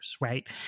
right